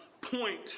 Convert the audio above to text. point